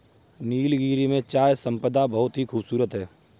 नीलगिरी में चाय संपदा बहुत ही खूबसूरत है